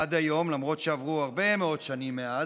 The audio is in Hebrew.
עד היום, למרות שעברו הרבה מאוד שנים מאז,